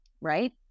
right